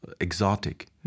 exotic